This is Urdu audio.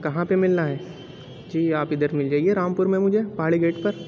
کہاں پہ ملنا ہے جی آپ ادھر مل جائیے رام پور میں مجھے پہاڑی گیٹ پر